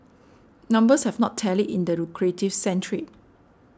numbers have not tallied in the lucrative sand trade